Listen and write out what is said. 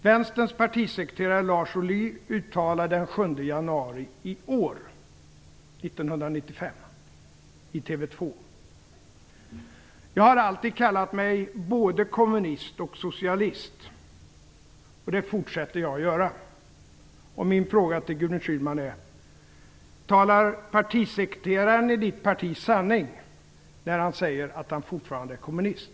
januari i år - 1995 - i TV 2: Jag har alltid kallat mig både kommunist och socialist och det fortsätter jag att göra. Talar partisekreteraren i Gudrun Schymans parti sanning när han säger att han fortfarande är kommunist?